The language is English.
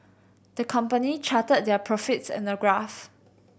the company charted their profits in a graph